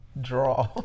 Draw